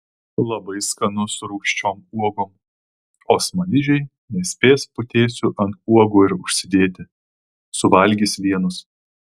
labai skanu su rūgščiom uogom o smaližiai nespės putėsių ant uogų ir užsidėti suvalgys vienus